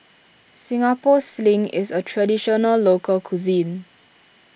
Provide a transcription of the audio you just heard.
Singapore Sling is a Traditional Local Cuisine